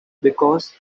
because